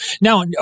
Now